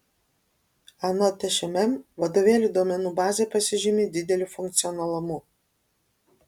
anot šmm vadovėlių duomenų bazė pasižymi dideliu funkcionalumu